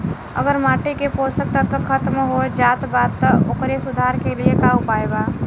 अगर माटी के पोषक तत्व खत्म हो जात बा त ओकरे सुधार के लिए का उपाय बा?